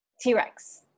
T-Rex